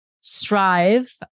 strive